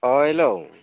अ हेल'